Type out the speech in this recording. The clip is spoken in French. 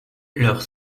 leurs